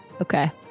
Okay